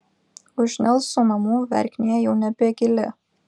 už nelsų namų verknė jau nebegili